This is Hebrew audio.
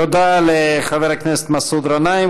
תודה לחבר הכנסת מסעוד גנאים.